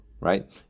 right